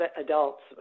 adults